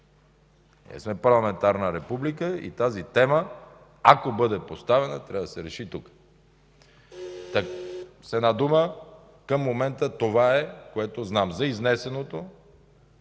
Ние сме парламентарна република и тази тема, ако бъде поставена, трябва да се реши тук. С една дума, към момента това е, което знам. За изнесеното